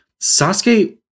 Sasuke